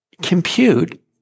compute